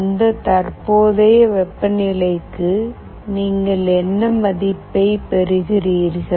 அந்த தற்போதைய வெப்பநிலைக்கு நீங்கள் என்ன மதிப்பை பெறுகிறீர்கள்